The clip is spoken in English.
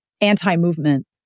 anti-movement